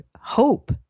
hope